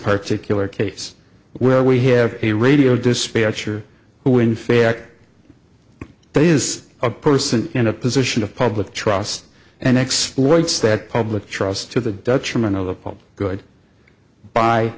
particular case where we have a radio dispatcher who in fact there is a person in a position of public trust and exploits that public trust to the detriment of the